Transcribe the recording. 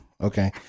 Okay